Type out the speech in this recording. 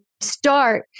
start